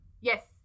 Yes